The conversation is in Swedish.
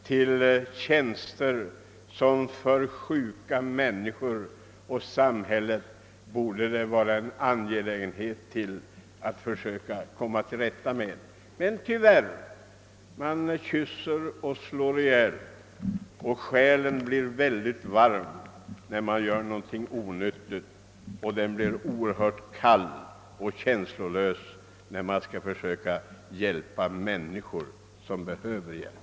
Det borde vara en angelägenhet för samhället att komma till rätta med problemet att skaffa tillräckligt antal läkare för sjuka människor. Men tyvärr, man kysser och slår ihjäl, och själen blir väldigt varm när man gör någonting onyttigt. Och det blir oerhört kallt och känslolöst när man skall försöka hjälpa människor som behöver hjälp.